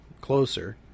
Closer